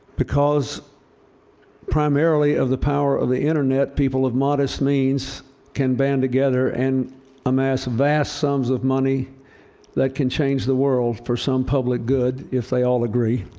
because primarily of the power of the internet, people of modest means can band together and amass vast sums of money that can change the world for some public good if they all agree.